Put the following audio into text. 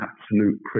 absolute